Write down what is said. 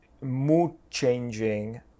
mood-changing